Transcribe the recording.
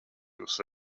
jūs